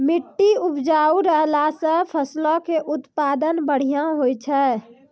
मट्टी उपजाऊ रहला से फसलो के उत्पादन बढ़िया होय छै